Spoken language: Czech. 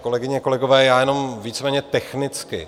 Kolegyně, kolegové, já jenom víceméně technicky.